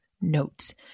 notes